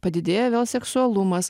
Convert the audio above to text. padidėja vėl seksualumas